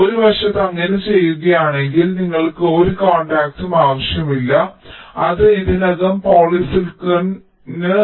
നിങ്ങൾ ഒരു വശത്ത് അങ്ങനെ ചെയ്യുകയാണെങ്കിൽ നിങ്ങൾക്ക് ഒരു കോൺടാക്റ്റും ആവശ്യമില്ല അത് ഇതിനകം പോളിസിലിക്കണിലാണ്